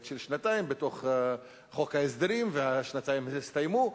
של שנתיים בתוך חוק ההסדרים והשנתיים הסתיימו.